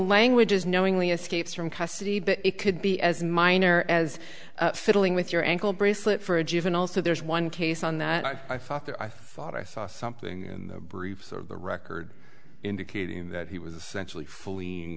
language is knowingly escapes from custody but it could be as minor as fiddling with your ankle bracelet for a juvenile so there's one case on that i thought that i thought i saw something in the briefs of the record indicating that he was actually fully